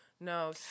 No